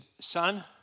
Son